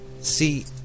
See